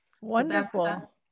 Wonderful